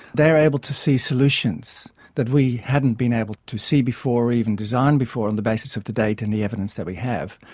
they are able to see solutions that we hadn't been able to see before or even design before on the basis of the data and the evidence that we have.